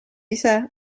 ise